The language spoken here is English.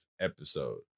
episode